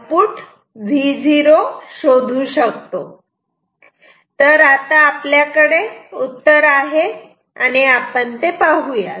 तर आता आपल्याकडे उत्तर आहे आणि ते आपण पाहुयात